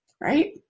right